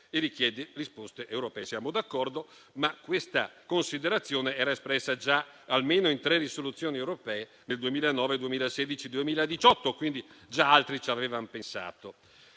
e richiede risposte europee. Siamo d'accordo, ma questa considerazione era già espressa in almeno tre risoluzioni europee, nel 2009, nel 2016 e nel 2018; quindi già altri ci avevano pensato.